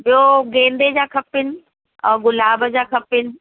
ॿियो गेंदे जा खपनि और गुलाब जा खपनि